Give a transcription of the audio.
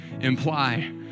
imply